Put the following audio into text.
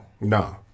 No